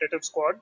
squad